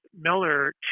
Miller